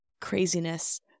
craziness